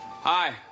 Hi